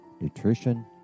nutrition